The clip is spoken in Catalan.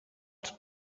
als